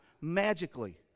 magically